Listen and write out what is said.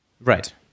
Right